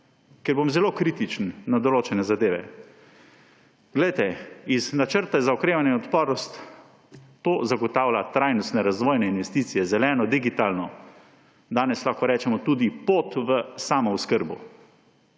Ker bom zelo kritičen do določenih zadev. Glejte, iz Načrta za okrevanje in odpornost, to zagotavlja trajnostne in razvojne investicije, zeleno, digitalno; danes lahko rečemo tudi pot v samooskrbo.